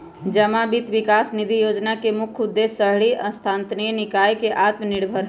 जमा वित्त विकास निधि जोजना के मुख्य उद्देश्य शहरी स्थानीय निकाय के आत्मनिर्भर हइ